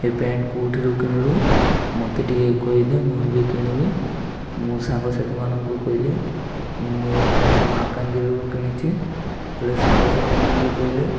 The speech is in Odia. ଏ ପ୍ୟାଣ୍ଟ କେଉଁଠିରୁ କିଣିଲୁ ମୋତେ ଟିକେ କହିଦେ ମୁଇଁ ବି କିଣିବି ମୁଁ ସାଙ୍ଗସାଥିମାନଙ୍କୁ କହିଲି ମୁଁ ଏଇ ପ୍ୟାଣ୍ଟ ମାଲକାନଗିରିରୁ କିଣିଛିି ହେଲେ ସାଙ୍ଗସାଥିମାନେ ବି କହିଲେ